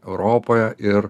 europoje ir